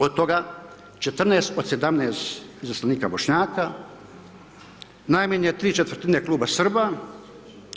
Od toga 14 od 17 izaslanika Bošnjaka, najmanje 3/4 kluba Srba, skoro čitav klub ostalih i uvijek kada to zažele 1/3 kluba Hrvata.